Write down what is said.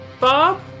Bob